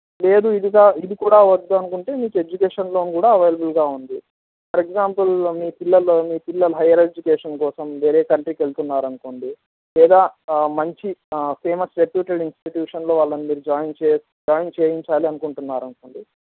లేదు ఇది కా ఇది కూడా వద్దు అనుకుంటే మీకు ఎడ్యుకేషన్ లోన్ కూడా అవైలబుల్గా ఉంది ఫర్ ఎగ్జాంపుల్ మీ పిల్లలు మీ పిల్లలు హైయ్యర్ ఎడ్యుకేషన్ కోసం వేరే కంట్రీకి వెళ్ళుతున్నారనుకోండి లేదా మంచి ఫేమస్ రెపుటేడ్ ఇన్స్టిట్యూషన్లో వాళ్ళని జాయిన్ చే జాయిన్ చెయ్యించాలని అనుకుంటున్నారు అనుకోండి